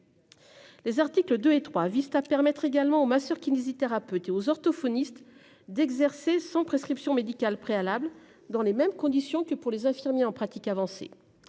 Les articles 2 et 3, Vista permettre également aux masseurs-kinésithérapeutes et aux orthophonistes d'exercer sans prescription médicale préalable dans les mêmes conditions que pour les infirmiers en pratique avancée